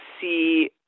see